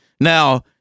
Now